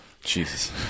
Jesus